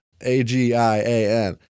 A-G-I-A-N